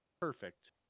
perfect